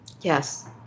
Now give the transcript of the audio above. Yes